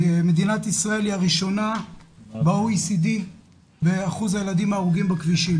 מדינת ישראל היא הראשונה ב-OECD בשיעור הילדים ההרוגים בכבישים,